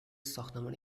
ساختمان